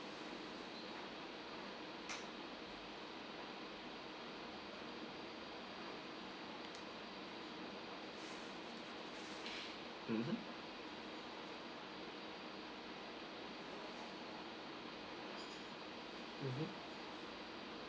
mmhmm mmhmm